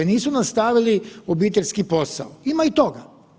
Nisu nastavili obiteljski posao, ima i toga.